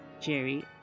jerry